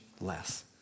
less